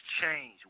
change